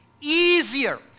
easier